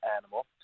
animal